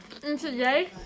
today